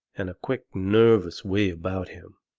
and a quick, nervous way about him